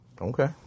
Okay